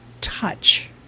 touch